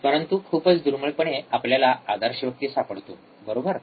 परंतु खूपच दुर्मिळपणे आपल्याला आदर्श व्यक्ती सापडतो बरोबर